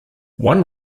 one